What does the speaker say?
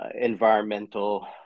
environmental